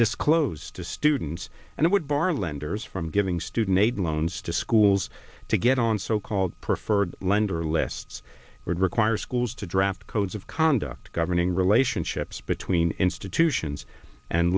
disclose to students and it would bar lenders from giving student loans to schools to get on so called preferred lender lefts would require schools to drop codes of conduct governing relationships between institutions and